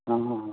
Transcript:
हँ